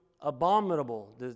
abominable